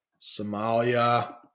Somalia